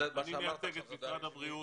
אני מייצג את משרד הבריאות,